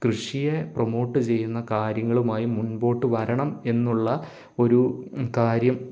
കൃഷിയെ പ്രൊമോട്ട് ചെയ്യുന്ന കാര്യങ്ങളുമായി മുൻപോട്ടു വരണം എന്നുള്ള ഒരു കാര്യം